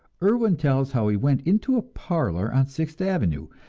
irwin tells how he went into a parlor on sixth avenue,